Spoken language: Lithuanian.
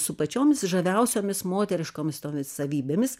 su pačioms žaviausiomis moteriškomis tomis savybėmis